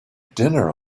dinner